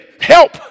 help